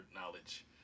knowledge